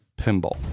Pinball